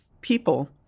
people